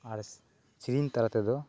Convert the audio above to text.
ᱟᱨ ᱥᱮᱨᱮᱧ ᱛᱟᱞᱟ ᱛᱮᱫᱚ